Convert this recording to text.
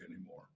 anymore